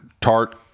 Tart